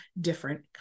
different